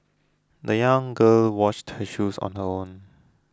the young girl washed her shoes on her own